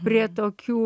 prie tokių